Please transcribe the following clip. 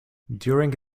during